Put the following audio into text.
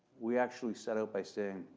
we actually set out by saying,